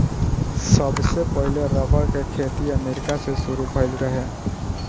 सबसे पहिले रबड़ के खेती अमेरिका से शुरू भईल रहे